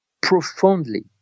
profoundly